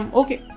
okay